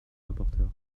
rapporteur